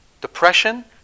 Depression